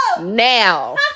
now